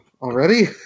already